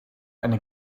eine